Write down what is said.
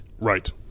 Right